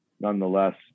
nonetheless